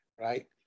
right